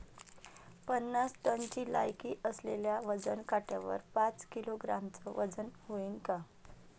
पन्नास टनची लायकी असलेल्या वजन काट्यावर पाच किलोग्रॅमचं वजन व्हईन का?